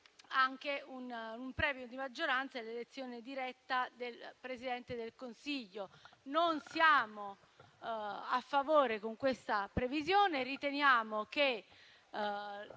anche un premio di maggioranza e l'elezione diretta del Presidente del Consiglio. Noi non siamo a favore di questa previsione. Riteniamo che